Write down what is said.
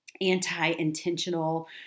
anti-intentional